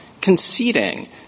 conceding